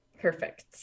Perfect